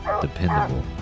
dependable